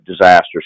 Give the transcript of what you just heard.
disasters